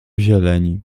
zieleni